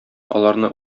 аларны